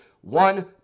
one